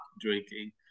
drinking